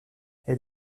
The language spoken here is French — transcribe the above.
elle